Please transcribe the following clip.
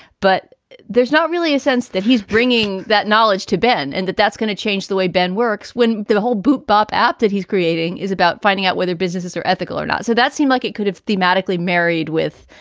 but there's not really a sense that he's bringing that knowledge to ben and that that's going to change the way ben works when the whole boot up app that he's creating is about finding out whether businesses are ethical or not. so that seemed like it could have thematically married with,